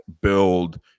build